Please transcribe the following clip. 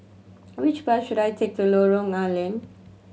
which bus should I take to Lorong Are Leng